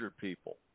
people